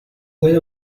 puede